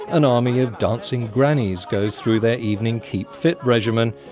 an army of dancing grannies goes through their evening keep-fit regimen,